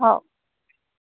हो